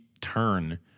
turn